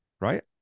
right